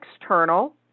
external